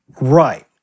Right